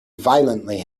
violently